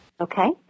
Okay